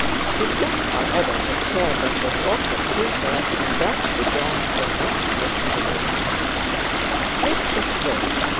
she took, however, the chair that was offered to her, and thus began her expostulation mr slope,